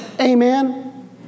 Amen